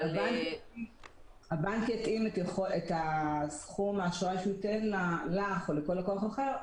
אבל --- הבנק יתאים את סכום האשראי שהוא ייתן לך או לכל לקוח אחר,